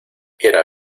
era